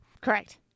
Correct